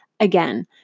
Again